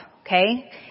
Okay